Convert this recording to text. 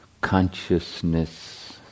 consciousness